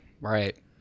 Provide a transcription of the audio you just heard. right